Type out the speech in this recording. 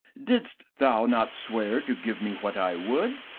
didst thou not swear to give me what i would?